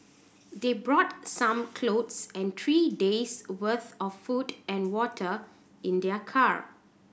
they brought some clothes and three days' worth of food and water in their car